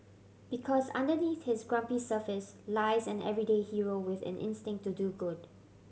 because underneath his grumpy surface lies an everyday hero with an instinct to do good